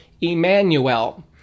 Emmanuel